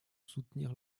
soutenir